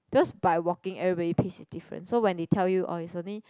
because by walking everybody pace is different so they tell you orh is only